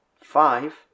Five